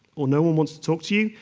or no-one wants to talk to you,